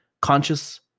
Conscious